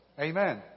Amen